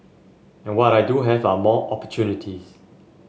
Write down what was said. and what I do have are more opportunities